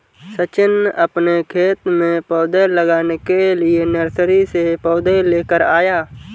सचिन अपने खेत में पौधे लगाने के लिए नर्सरी से पौधे लेकर आया